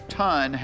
ton